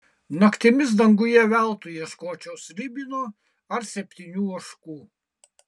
naktimis danguje veltui ieškočiau slibino ar septynių ožkų